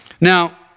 Now